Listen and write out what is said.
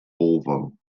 volvo